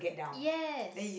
yes